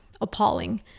appalling